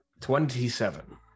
Twenty-seven